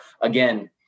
again